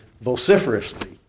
vociferously